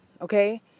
Okay